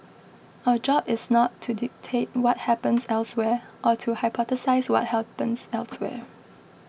our job is not to dictate what happens elsewhere or to hypothesise what happens elsewhere